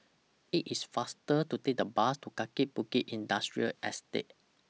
IT IS faster to Take The Bus to Kaki Bukit Industrial Estate